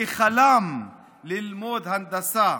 כי חלם ללמוד הנדסה.